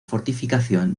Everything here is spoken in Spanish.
fortificación